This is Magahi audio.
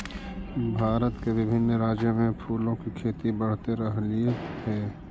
भारत के विभिन्न राज्यों में फूलों की खेती बढ़ते रहलइ हे